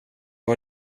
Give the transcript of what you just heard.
var